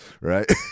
right